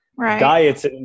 diets